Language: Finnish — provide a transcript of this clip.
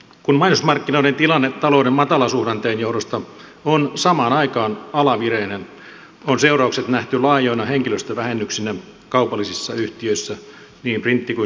kun mainosmarkkinoiden tilanne talouden matalasuhdanteen johdosta on samaan aikaan alavireinen on seuraukset nähty laajoina henkilöstövähennyksinä kaupallisissa yhtiöissä niin printti kuin sähköiselläkin puolella